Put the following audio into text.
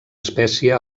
espècie